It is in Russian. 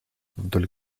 вдоль